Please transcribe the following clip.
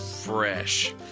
fresh